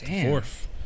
fourth